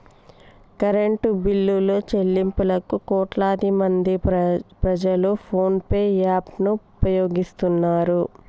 current బిల్లుల చెల్లింపులకు కోట్లాదిమంది ప్రజలు ఫోన్ పే యాప్ ను ఉపయోగిస్తున్నారు